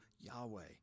Yahweh